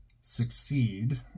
succeed